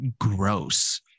gross